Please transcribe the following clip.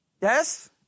Yes